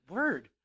Word